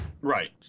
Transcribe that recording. right